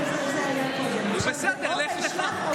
או פרשת השבוע, לךְ.